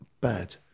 bad